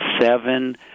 seven